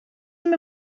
him